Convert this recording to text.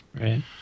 Right